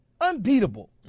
Unbeatable